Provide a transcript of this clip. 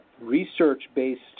research-based